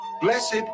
Blessed